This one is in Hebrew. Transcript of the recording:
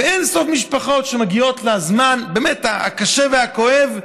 אין-סוף משפחות שמגיעות לזמן הקשה והכואב,